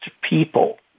people